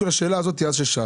ובדיוק השאלה הזאת ששאלתי,